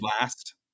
last